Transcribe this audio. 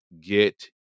get